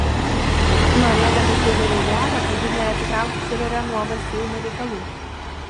norėdami fiureriui gero kad ji neatitrauktų fiurerio nuo valstybinių reikalų